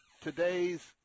today's